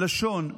לשון,